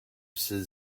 step